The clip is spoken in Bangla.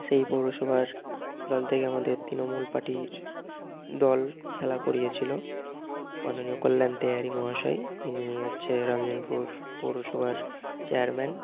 সেই পৌরসভার দল থেকে আমাদের তৃণমূল পার্টির দল খেলা করিয়েছিল মাননীয় কল্যাণ তেওয়ারি মহাশয় তিনি হচ্ছে রামজীবনপুর পৌরসভার চেয়ারম্যান